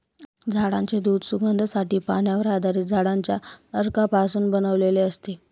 झाडांचे दूध सुगंधासाठी, पाण्यावर आधारित झाडांच्या अर्कापासून बनवलेले असते